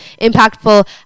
impactful